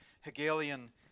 Hegelian